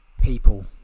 people